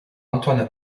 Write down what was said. antoine